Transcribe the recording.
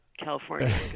California